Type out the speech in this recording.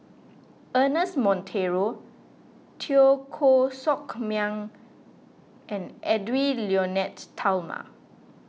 Ernest Monteiro Teo Koh Sock Miang and Edwy Lyonet Talma